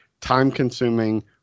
time-consuming